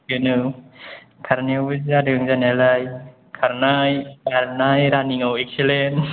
बेनो खारनायावबो जोदों जानायाल खारनाय बारनाय रानिंआव एक्सिलेन्ट